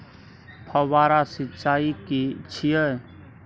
फव्वारा सिंचाई की छिये?